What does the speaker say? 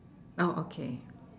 orh okay